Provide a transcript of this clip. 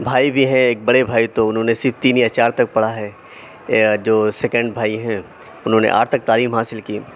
بھائی بھی ہیں ایک بڑے بھائی تو انہوں نے صرف تین یا چار تک پڑھا ہے اے جو سیکنڈ بھائی ہیں انہوں نے آٹھ تک تعلیم حاصل کی